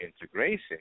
integration